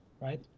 right